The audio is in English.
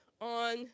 on